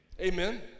amen